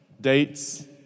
Dates